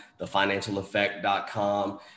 thefinancialeffect.com